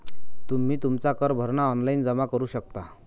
तुम्ही तुमचा कर भरणा ऑनलाइन जमा करू शकता